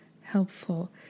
helpful